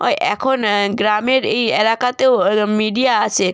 ও এখন গ্রামের এই এলাকাতেও মিডিয়া আসে